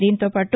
దీంతో పాటు